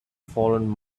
fallen